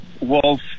Wolf